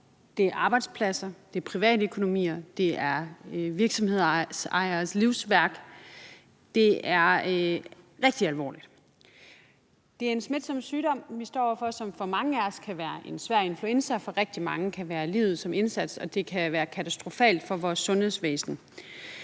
Det er arbejdspladser. Det er privatøkonomier. Det er virksomhedsejeres livsværk. Det er rigtig alvorligt. Det er en smitsom sygdom, vi står over for, som for mange af os kan være en svær influenza, men for rigtig mange kan det være med livet som indsats. Og det kan være katastrofalt for vores sundhedsvæsen.